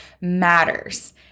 matters